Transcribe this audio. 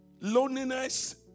Loneliness